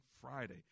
Friday